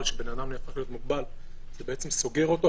כשאדם הופך להיות מוגבל זה בעצם סוגר אותו,